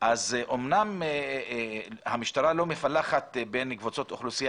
אמנם המשטרה לא מפלחת בין קבוצות אוכלוסייה